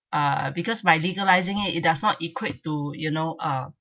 uh because by legalising it it does not equate to you know uh